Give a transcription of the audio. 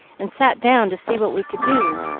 and sat down to see what we could do.